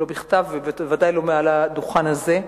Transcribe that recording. בכתב ובוודאי לא מעל הדוכן הזה.